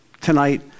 tonight